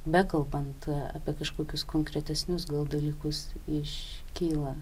bekalbant apie kažkokius konkretesnius dalykus iškyla